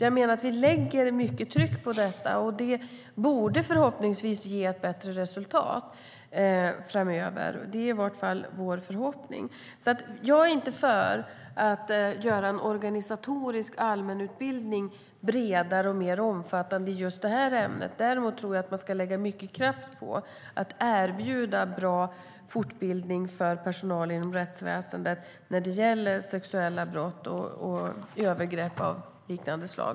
Jag menar att vi lägger mycket tryck på detta, och det borde förhoppningsvis ge ett bättre resultat framöver. Det är i vart fall vår förhoppning. Jag är alltså inte för att göra en organisatorisk allmänutbildning bredare och mer omfattande i just det här ämnet. Däremot tror jag att man ska lägga mycket kraft på att erbjuda bra fortbildning för personal inom rättväsendet när det gäller sexuella brott och övergrepp av liknande slag.